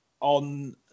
on